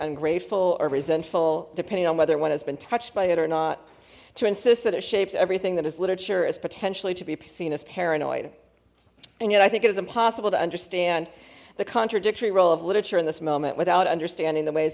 ungrateful or resentful depending on whether one has been touched by it or not to insist that it shapes everything that is literature is potentially to be seen as paranoid and yet i think it was impossible to understand the contradictory role of literature in this moment without understanding the ways